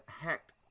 hacked